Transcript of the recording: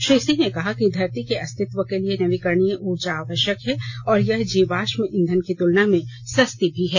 श्री सिंह ने कहा कि धरती के अस्तित्व के लिए नवीकरणीय ऊर्जा आवश्यक है और यह जीवाशम ईंधन की तुलना में सस्ती भी है